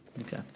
Okay